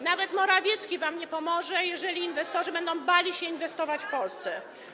Nawet Morawiecki wam nie pomoże, jeżeli inwestorzy będą bali się inwestować w Polsce.